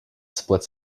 splits